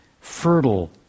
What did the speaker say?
fertile